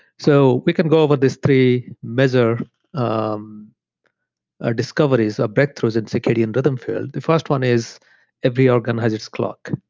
so we can go over this three major um discoveries or breakthroughs in circadian rhythm field. the first one is every organ has its clock,